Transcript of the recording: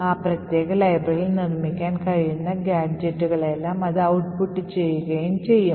ആ പ്രത്യേക ലൈബ്രറിയിൽ നിന്ന് നിർമ്മിക്കാൻ കഴിയുന്ന ഗാഡ്ജറ്റുകളെയെല്ലാം അത് ഔട്ട്പുട്ട് ചെയ്യും